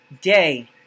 day